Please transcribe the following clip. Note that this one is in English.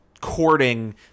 courting